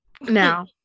Now